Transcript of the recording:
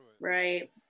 Right